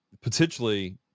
potentially